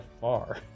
far